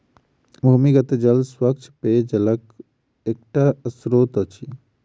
भूमिगत जल स्वच्छ पेयजलक एकटा स्त्रोत अछि